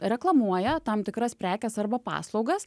reklamuoja tam tikras prekes arba paslaugas